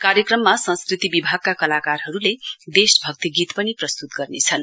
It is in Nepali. कार्यक्रममा संस्कृति विभागका कलाकारहरूले देशभक्ति गीत पनि प्रस्तुत गर्नेछन्